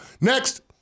Next